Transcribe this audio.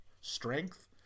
strength